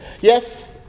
Yes